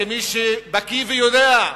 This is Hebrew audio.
כמי שבקי ויודע,